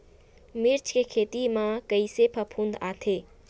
मिर्च के खेती म कइसे फफूंद आथे?